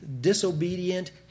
disobedient